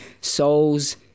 souls